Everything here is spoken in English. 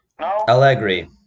Allegri